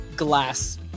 Glass